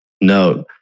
No